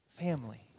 Family